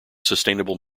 sustainable